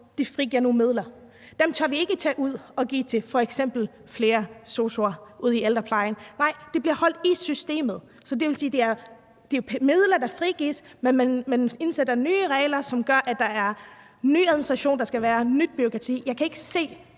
på det her område. Dem tør vi ikke tage ud og give til f.eks. flere sosu'er i ældreplejen. Nej, de bliver holdt i systemet. Det vil sige, at det er midler, der frigives, men man indsætter nye regler, som gør, at der er ny administration og der bliver nyt bureaukrati. Jeg kan ikke se,